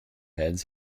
heads